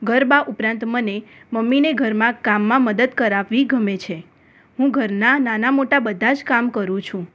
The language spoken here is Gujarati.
ગરબા ઉપરાંત મને મમ્મીને ઘરમાં કામમાં મદદ કરાવવી ગમે છે હું ઘરના નાના મોટા બધા જ કામ કરું છું